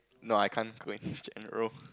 no I can't go and general